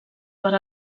per